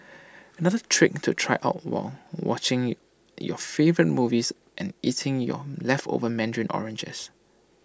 another trick to try out while watching your favourite movies and eating your leftover Mandarin oranges